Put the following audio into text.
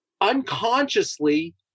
unconsciously